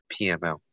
PML